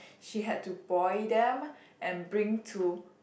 she had to boil them and bring to